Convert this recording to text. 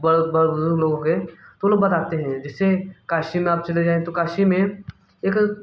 बुजुर्ग लोगों के तो वो लोग बताते हैं जैसे काशी में आप चले जाएँ तो काशी में एक